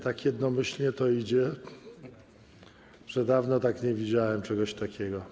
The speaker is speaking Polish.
Tak jednomyślnie to idzie, że dawno nie widziałem czegoś takiego.